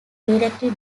directly